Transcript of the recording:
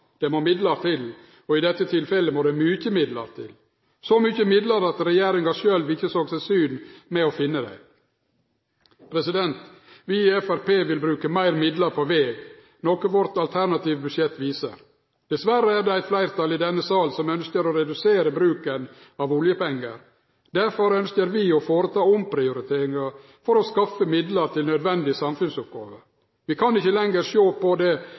det må midlar til, og i dette tilfellet må det mykje midlar til, så mykje midlar at regjeringa sjølv ikkje såg seg syn med å finne dei. Vi i Framstegspartiet vil bruke meir midlar på veg, noko vårt alternative budsjett viser. Dessverre er det eit fleirtal i denne sal som ønskjer å redusere bruken av oljepengar. Derfor ønskjer vi å foreta omprioriteringar for å skaffe midlar til nødvendige samfunnsoppgåver. Vi kan ikkje lenger sjå på det